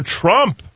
Trump